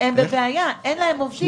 הם בבעיה, אין להם עובדים.